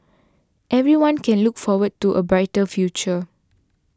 everyone can look forward to a brighter future